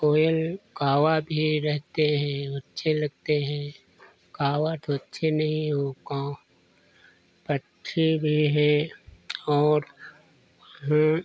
कोयल कौआ भी रहते हैं अच्छे लगते हैं कौआ तो अच्छे नहीं वह काँव पक्षी भी हैं और